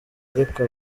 ariko